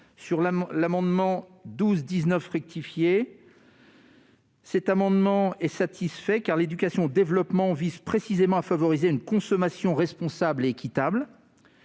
L'amendement n° 1219 rectifié est également satisfait, car l'éducation au développement vise précisément à favoriser une consommation responsable et équitable.